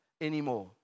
anymore